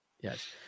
yes